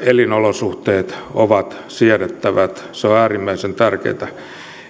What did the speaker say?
elinolosuhteet ovat siedettävät se on äärimmäisen tärkeää